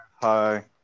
hi